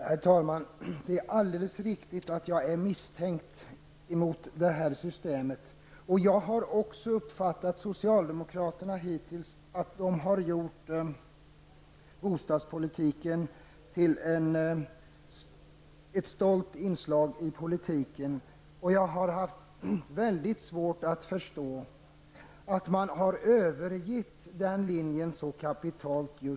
Herr talman! Det är alldeles riktigt att jag är misstänksam mot systemet med räntelån. Jag har uppfattat att socialdemokraterna hittills har gjort bostadspolitiken till ett stolt inslag i sin politik, och jag har väldigt svårt att förstå att de nu har övergivit den linjen så kapitalt.